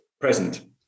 present